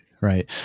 right